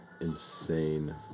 Insane